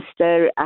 Mr